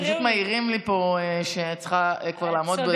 פשוט מעירים לי פה שאת כבר צריכה לעמוד בזמנים.